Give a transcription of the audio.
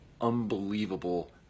unbelievable